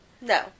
No